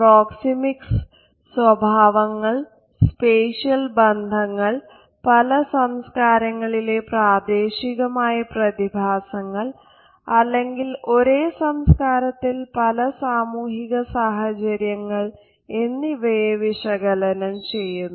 proxemics സ്വഭാവങ്ങൾ spatial ബന്ധങ്ങൾ പല സംസ്കാരങ്ങളിലെ പ്രാദേശികമായ പ്രതിഭാസങ്ങൾ അല്ലെങ്കിൽ ഒരേ സംസ്കാരത്തിൽ പല സാമൂഹിക സാഹചര്യങ്ങൾ എന്നിവയെ വിശകലനം ചെയ്യുന്നു